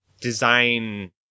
design